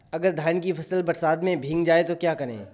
अगर धान की फसल बरसात में भीग जाए तो क्या करें?